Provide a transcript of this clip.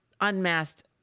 unmasked